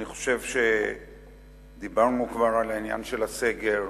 אני חושב שדיברנו כבר על העניין של הסגר,